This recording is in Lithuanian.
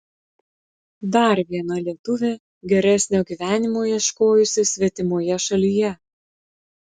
dar viena lietuvė geresnio gyvenimo ieškojusi svetimoje šalyje